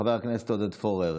חבר הכנסת עודד פורר,